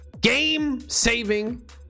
game-saving